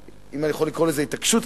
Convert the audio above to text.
אם אני יכול לקרוא לזה התעקשות,